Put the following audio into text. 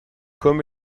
comme